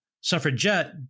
Suffragette